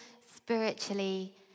spiritually